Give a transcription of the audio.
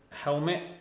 helmet